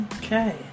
Okay